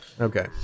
Okay